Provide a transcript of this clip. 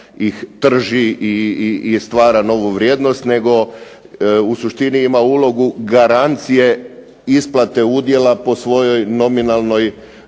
Hvala vam